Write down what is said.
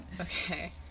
Okay